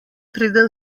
preden